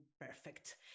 perfect